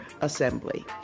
Assembly